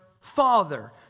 father